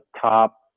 top